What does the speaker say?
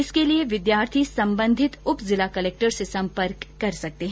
इसके लिए विद्यार्थी सम्बन्धित उप जिला कलेक्टर से संपर्क कर सकते है